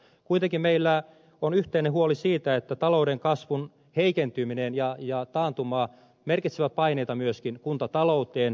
kuitenkin meillä on yhteinen huoli siitä että talouden kasvun heikentyminen ja taantuma merkitsevät paineita myöskin kuntatalouteen